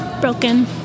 Broken